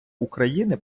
україни